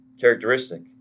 characteristic